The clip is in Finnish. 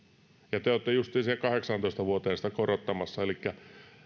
ja te olette justiin siihen kahdeksaantoista vuoteen sitä korottamassa elikkä